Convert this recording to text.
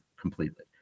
completely